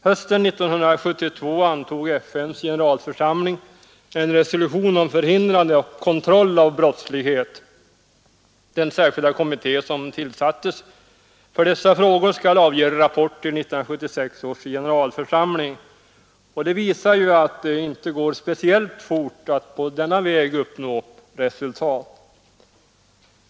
Hösten 1972 antog FN:s generalförsamling en resolution om förhindrande och kontroll av brottslighet. Den särskilda kommitté som tillsattes för dessa frågor skall avge rapport till 1976 års generalförsamling, och det visar ju att det inte går speciellt fort att på denna väg uppnå resultat.